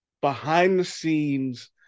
behind-the-scenes